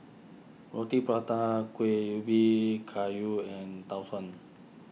Roti Prata Kuih Ubi Kayu and Tau Suan